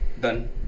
Done